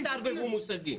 אל תערבבו מושגים.